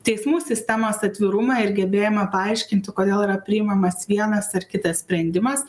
teismų sistemos atvirumą ir gebėjimą paaiškinti kodėl yra priimamas vienas ar kitas sprendimas